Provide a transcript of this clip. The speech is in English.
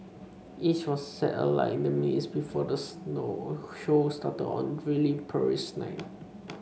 each was set alight in the minutes before the slow shows started on a drily Paris night